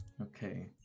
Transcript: okay